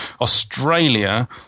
Australia